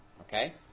Okay